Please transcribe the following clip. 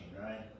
right